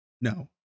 No